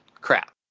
crap